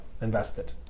invested